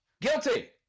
Guilty